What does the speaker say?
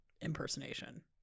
impersonation